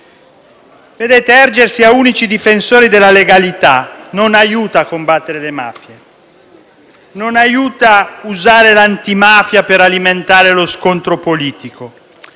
mafia. Ergersi a unici difensori della legalità non aiuta a combattere le mafie; non aiuta usare l'antimafia per alimentare lo scontro politico.